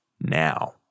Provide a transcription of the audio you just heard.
now